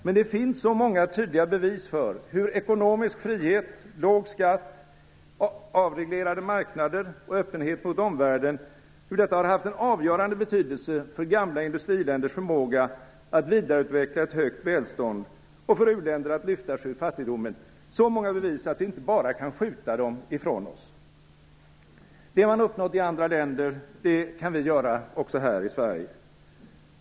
Men det finns så många tydliga bevis för hur ekonomisk frihet, låg skatt, avreglerade marknader och öppenhet mot omvärlden haft en avgörande betydelse för gamla industriländers förmåga att vidareutveckla ett högt välstånd och för u-länder att lyfta sig ur fattigdomen att vi bara inte kan skjuta dem ifrån oss. Det man uppnått i andra länder, det kan vi också göra här i Sverige.